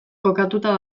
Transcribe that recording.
kokatuta